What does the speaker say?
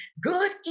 good